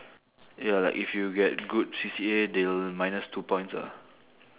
ya like if you get good C_C_A they will minus two points ah